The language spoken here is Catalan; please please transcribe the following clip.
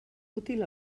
útil